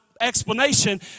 explanation